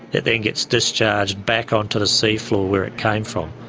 it then gets discharged back onto the seafloor where it came from.